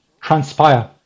transpire